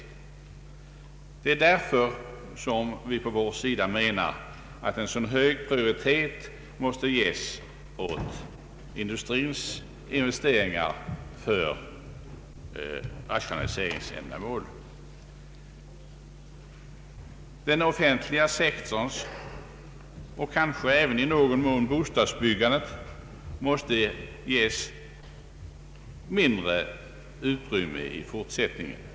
Det är med tanke härpå som vi från vår sida anser att hög prioritet måste ges åt industrins investeringar för rationaliseringsändamål. Den offentliga sektorn och kanske även i någon mån bostadsbyggandet måste ges mindre utrymme i fortsättningen.